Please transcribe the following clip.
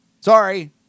Sorry